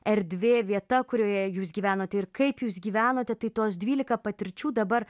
erdvė vieta kurioje jūs gyvenot ir kaip jūs gyvenote tai tuos dvylika patirčių dabar